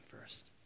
first